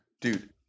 Dude